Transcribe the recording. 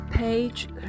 Page